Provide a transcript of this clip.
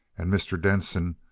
and mr. denson,